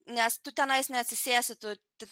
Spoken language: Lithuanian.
nes tu tenais neatsisėsi tu